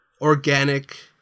organic